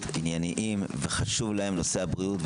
ענייניים וחשוב להם נושא הבריאות.